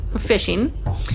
fishing